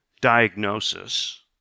diagnosis